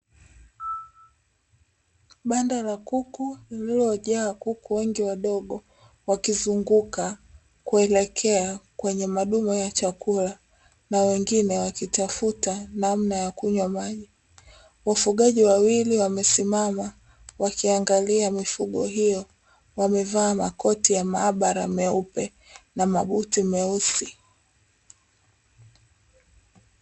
Banda la kuku lililojaa kuku wengi wadogo wakizunguka kuelekea kwenye madumu ya chakula, na wengine wakitafuta namna ya kunywa maji, wafugaji wawili wamesimama wakiangalia mifugo hiyo wamevaa makoti ya maabara meupe na mabuti meusi.